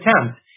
attempt